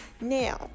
Now